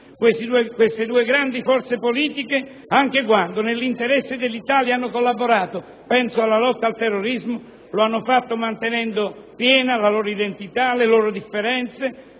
Queste due grandi forze politiche anche quando nell'interesse dell'Italia hanno collaborato - penso alla lotta al terrorismo - lo hanno fatto mantenendo piena la loro identità e le loro differenze,